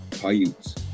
Paiutes